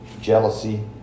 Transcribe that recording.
jealousy